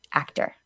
actor